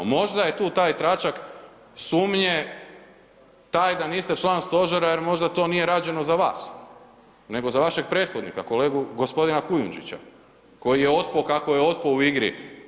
Možda je tu taj tračak sumnje, taj da niste član stožera jer možda to nije rađeno za vas nego za vašeg prethodnika, kolegu gospodina Kujundžića koji je otpo kako je otpo u igri.